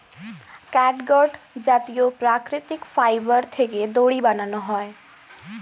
catgut জাতীয় প্রাকৃতিক fibre থেকে দড়ি বানানো হয়